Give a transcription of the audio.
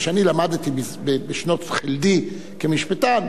מה שאני למדתי בשנות חלדי כמשפטן,